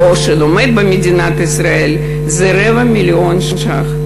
או שלומד במדינת ישראל, זה רבע מיליון ש"ח.